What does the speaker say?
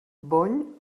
bony